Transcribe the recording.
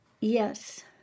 yes